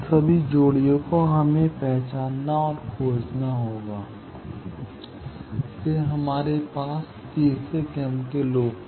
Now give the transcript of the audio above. फिर हमारे पास तीसरा पहले क्रम के लूप है